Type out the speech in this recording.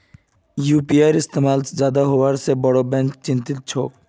UPI इस्तमाल बेसी हबार वजह से बोरो बैंक चिंतित छोक